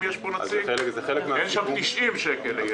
אם יש פה נציג אין שם 90 שקל לילד.